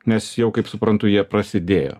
nes jau kaip suprantu jie prasidėjo